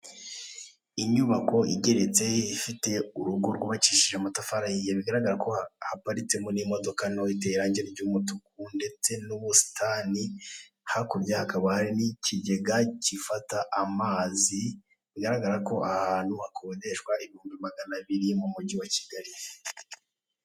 Inyubako igeretse ifite urugo rwubakishije amatafari ahiye, bigaragara ko haparitsemo n'imodoka ntoya iteye irangi ry'umutuku ndetse n'ubusitani, hakurya hakaba hari n'ikigega gifata amazi, bigaragara ko aha hantu hakodeshwa ibihumbi magana abiri mu mujyi wa Kigali.